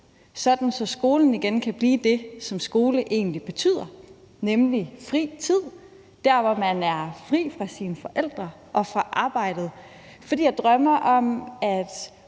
sådan at skolen igen kan blive det, som skole egentlig betyder, nemlig fri tid. Det er der, hvor man er fri fra sine forældre og fra arbejdet. For jeg drømmer om, at